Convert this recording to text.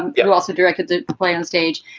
you also directed to play on stage.